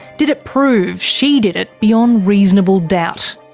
did it prove she did it beyond reasonable doubt?